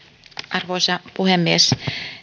arvoisa puhemies